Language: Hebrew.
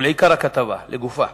ולעיקר הכתבה, לגופה,